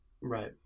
Right